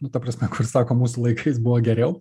nu ta prasme kur sako mūsų laikais buvo geriau